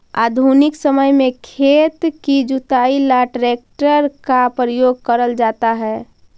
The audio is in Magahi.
आधुनिक समय में खेत की जुताई ला ट्रैक्टर का प्रयोग करल जाता है